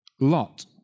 Lot